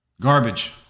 Garbage